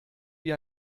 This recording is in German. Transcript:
wie